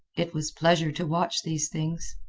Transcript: it was pleasure to watch these things.